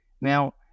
now